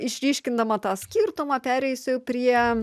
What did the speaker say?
išryškindama tą skirtumą pereisiu prie